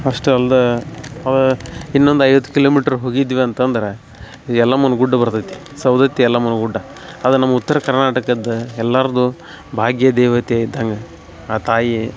ಅಷ್ಟೇ ಅಲ್ದೆ ಇನ್ನೊಂದು ಐವತ್ತು ಕಿಲೋಮೀಟ್ರ್ ಹೋಗಿದ್ವಿ ಅಂತಂದ್ರೆ ಎಲ್ಲಮ್ಮನ ಗುಡ್ಡ ಬರ್ತೈತಿ ಸವದತ್ತಿ ಎಲ್ಲಮ್ಮನ ಗುಡ್ಡ ಅದು ನಮ್ಮ ಉತ್ತರ ಕರ್ನಾಟಕದ್ದು ಎಲ್ಲರ್ದೂ ಭಾಗ್ಯ ದೇವತೆ ಇದ್ದಂಗೆ ಆ ತಾಯಿ